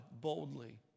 boldly